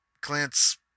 Clint's